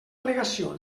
al·legació